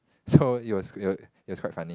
so it was it was it was quite funny